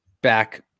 back